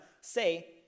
say